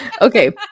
okay